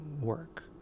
work